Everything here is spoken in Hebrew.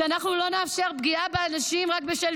שאנחנו לא נאפשר פגיעה באנשים רק בשל